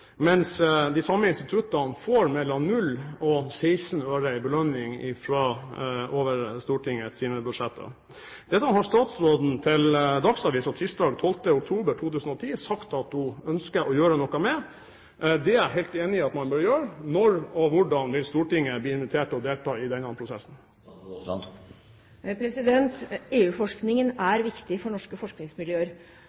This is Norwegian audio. mens de samme instituttene får mellom 0 og 16 øre i belønning over Stortingets budsjetter. Dette har statsråden til Dagsavisen tirsdag 12. oktober 2010 sagt at hun ønsker å gjøre noe med. Det er jeg helt enig i at man bør gjøre. Når og hvordan vil Stortinget bli invitert til å delta i denne prosessen?